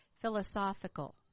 philosophical